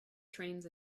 trains